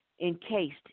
encased